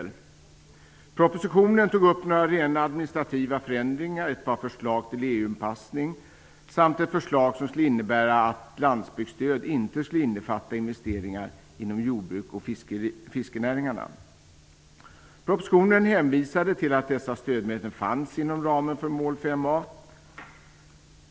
I propositionen tog man upp några rena administrativa förändringar, ett par förslag till EU-anpassning samt ett förslag som skulle innebära att landsbygdsstöd inte skulle innefatta investeringar inom jordbruk och fiskenäringarna. I propositionen hänvisade man till att dessa stödmöjligheter fanns inom ramen för mål 5a.